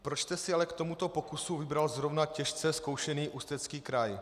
Proč jste si ale k tomuto pokusu vybral zrovna těžce zkoušený Ústecký kraj?